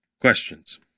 Questions